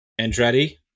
Andretti